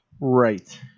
Right